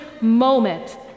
moment